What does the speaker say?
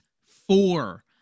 four